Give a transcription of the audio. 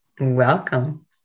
welcome